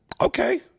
Okay